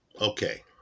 Okay